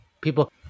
people